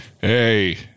Hey